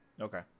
Okay